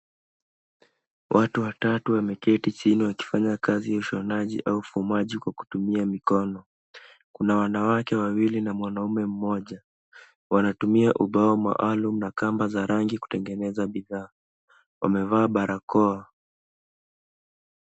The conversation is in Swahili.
Watu watatu wameketi chini wakifanya kazi ya ushonaji au ufumaji kwa kutumia mikono. Kuna wanawake wawili na mwanamume mmoja wanatumia ubao maalum na kamba za rangi kutengenezea bidhaa, wamevaa barakoa.